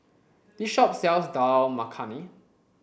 this shop sells Dal Makhani